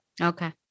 Okay